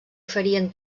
farien